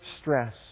stress